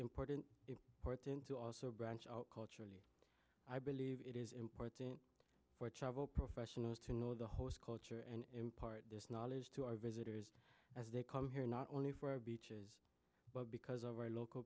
important important to also branch our culture and i believe it is important for travel professionals to know the host culture and impart this knowledge to our visitors as they come here not only for our beaches but because of our local